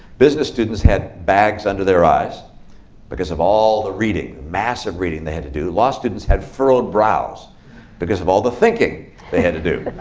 business students had bags under their eyes because of all the reading, the massive reading they had to do. law students had furrowed brows because of all the thinking they had to do.